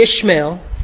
Ishmael